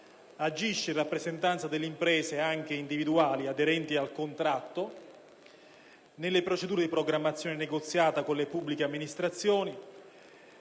agisce in rappresentanza delle imprese, anche individuali, aderenti al contratto, nelle procedure di programmazione negoziata con le pubbliche amministrazioni,